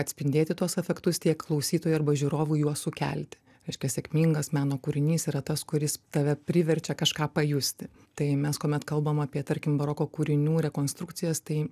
atspindėti tuos afektus tiek klausytojui arba žiūrovui juos sukelti reiškia sėkmingas meno kūrinys yra tas kuris tave priverčia kažką pajusti tai mes kuomet kalbam apie tarkim baroko kūrinių rekonstrukcijas tai